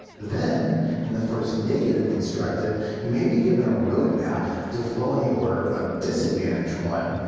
then in the first negative constructive you may be given a roadmap to flow in the order of disadvantage one,